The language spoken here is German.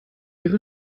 ihre